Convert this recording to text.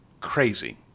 crazy